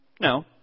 No